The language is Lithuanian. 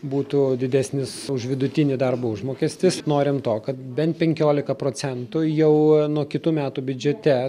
būtų didesnis už vidutinį darbo užmokestis norim to kad bent penkiolika procentų jau nuo kitų metų biudžete